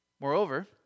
Moreover